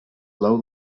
low